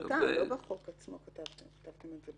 זה היה אולי בהחלטה, לא בחוק עצמו כתבתם את זה.